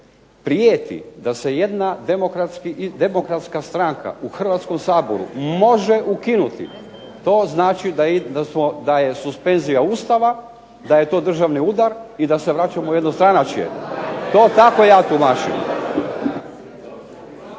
prijeti da se jedna demokratska stranka u Hrvatskom saboru može ukinuti to znači da je suspenzija Ustava, da je to državni udar i da se vraćamo u jednostranačje. To tako ja tumačim.